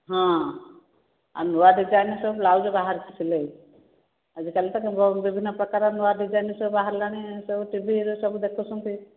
ହଁ ନୂଆ ଡିଜାଇନ୍ ସବୁ ବ୍ଲାଉଜ୍ ବାହାରୁଛି ସିଲେଇ ଆଜି କାଲି ତ ବିଭିନ୍ନ ପ୍ରକାର ନୂଆ ଡିଜାଇନ୍ ସବୁ ବାହାରିଲାଣି ସବୁ ଟିଭି ରେ ସବୁ ଦେଖୁଛନ୍ତି